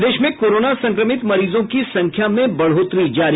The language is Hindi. प्रदेश में कोरोना संक्रमित मरीजों की संख्या में बढोतरी जारी